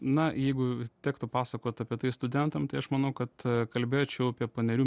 na jeigu tektų pasakot apie tai studentam tai aš manau kad kalbėčiau apie panerių